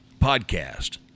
podcast